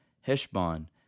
Heshbon